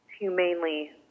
humanely